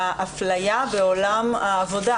מהאפליה בעולם העבודה,